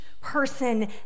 person